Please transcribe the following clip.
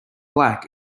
black